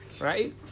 right